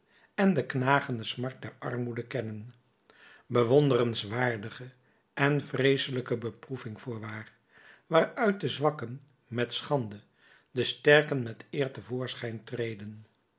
en de knagende smart der armoede kennen bewonderenswaardige en vreeselijke beproeving voorwaar waaruit de zwakken met schande de sterken met eer te voorschijn treden